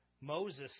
Moses